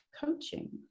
coaching